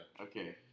Okay